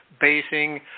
basing